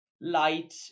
light